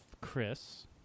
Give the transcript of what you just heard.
Chris